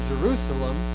jerusalem